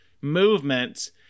movement